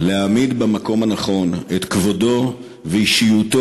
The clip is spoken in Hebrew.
להעמיד במקום הנכון את כבודו ואישיותו